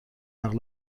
نقل